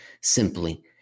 simply